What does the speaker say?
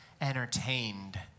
entertained